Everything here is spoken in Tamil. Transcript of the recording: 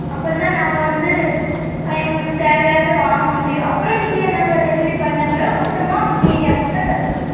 அப்புறந்தான் நாங்கள் வந்து எங்களுக்கு தேவையானதை வாங்க முடியும் அப்புறம் நீங்கள் நாங்கள் டெலிவரி பண்ண அப்புறம் மொத்தமாக மீதி அமௌண்ட்டை தந்துடுங்க